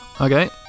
Okay